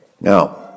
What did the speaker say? Now